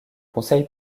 conseil